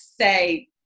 say